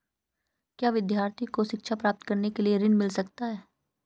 क्या विद्यार्थी को शिक्षा प्राप्त करने के लिए ऋण मिल सकता है?